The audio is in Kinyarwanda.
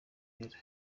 umwera